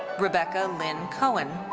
rebecca lyn cohen.